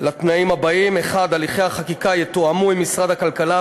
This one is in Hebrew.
לתנאים הבאים: 1. הליכי החקיקה יתואמו עם משרדי הכלכלה,